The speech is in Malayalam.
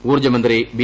ഊർജ്ജമന്ത്രി ബി